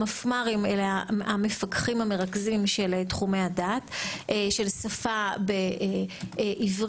המפמ"רים המפקחים המרכזים של תחומי הדעת של שפה בעברית,